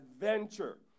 adventure